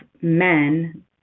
men